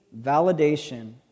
validation